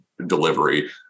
delivery